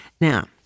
Now